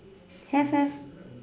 have have